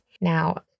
Now